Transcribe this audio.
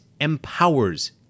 empowers